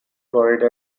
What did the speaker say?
florida